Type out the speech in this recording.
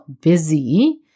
busy